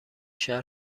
شهر